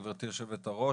גברתי היושבת-ראש,